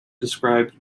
described